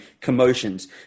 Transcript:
commotions